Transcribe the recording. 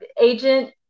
agent